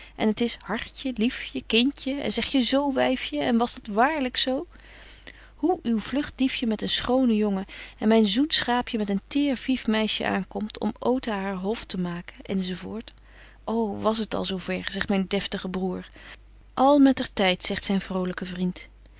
en het is hartje liefje kindje en zeg je z wyfje en was dat waarlyk zo hoe uw vlug diefje met een schonen jongen en myn zoet schaapje met een teêr vif meisje aankomt om oota haar hof te maken enz was het alzo ver zegt myn deftige broêr al met er tyd zegt zyn vrolyke vriend